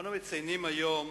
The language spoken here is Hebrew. אנו מציינים היום